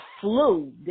flu